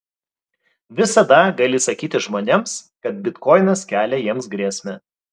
visada gali sakyti žmonėms kad bitkoinas kelia jiems grėsmę